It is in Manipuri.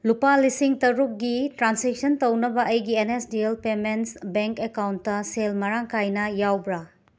ꯂꯨꯄꯥ ꯂꯤꯁꯤꯡ ꯇꯔꯨꯛꯒꯤ ꯇ꯭ꯔꯥꯟꯁꯦꯛꯁꯟ ꯇꯧꯅꯕ ꯑꯩꯒꯤ N S D L payments bank account ꯁꯦꯜ ꯃꯔꯥꯡ ꯀꯥꯏꯅ ꯌꯥꯎꯕ꯭ꯔꯥ